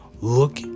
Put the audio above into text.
look